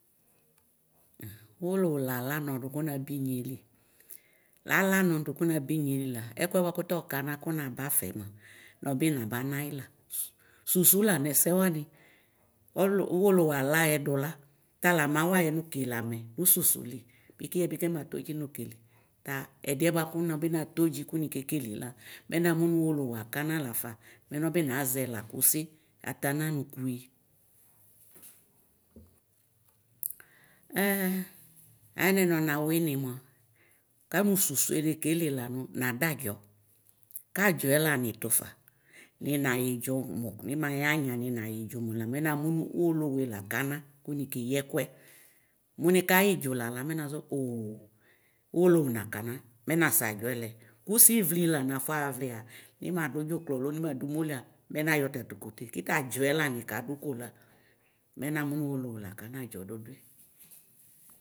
Ʋwolowʋ lalanɔdʋ kʋnabinyelila lalanɔdʋ kʋnabinyelila ɛkʋkʋ tɔkana kʋnabafɛ nva nɔbi nabanayila susu lanʋ ɛsɛ wani ɔlʋ ʋwdowʋ alayɛ dula tala mawa yɛ nʋ kele amɛ nʋ susulibi kʋyɛbi kematodʒi nokele ta ɛdiɛ bʋakʋ nɔbi natodʒi kʋnikekele la mɛ namʋ nʋ ʋwolowo akana lafa mɛ nɔbi naʒɛ lakose atananʋ kuyi ɛ anɛ nawinimʋa kanʋ susu nekele lanʋ nadadʒoɔ kadjɔ lani tʋfa ninayideʋ mo nimahi hanya ninayidʒʋ mʋ lamɛ namʋ nʋ vwolawe lakana kʋnikeyi ɛkʋɛ mʋnikayidʒʋ bla mɛ nʋʒɔ oo ʋwolwʋ nakana mɛ nasɛ adʒɔɛ lɛ ʋsivli lanafɔ vlia nima dʋ dʒʋklɔ lo nimado ʋmolia mɛ nayɔ tatu kote kitadʒɔe lani kadʋ ko bla mɛ namʋ nʋ ʋwolowʋ lakana adʒɔ dudui.